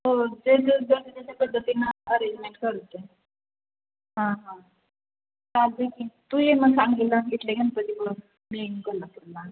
हो ते जो ज्याच्या त्याच्या पद्धतीनं अरेंजमेंट करतो आहे हां हां चालत आहे की तू ये मग सांगलीला इथले गणपती बघ मी येईन कोल्हापूरला